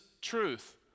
truth